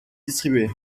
distribué